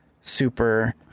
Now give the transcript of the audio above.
super